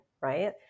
right